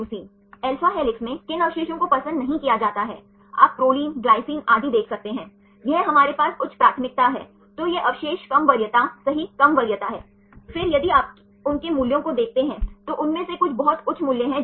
type 2 का मामला यहां आप उन परमाणुओं के अंतर को देख सकते हैं जो आप प्राप्त करते हैं कि वे ऑक्सीजन की दिशाओं को बदलते हैं